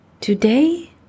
Today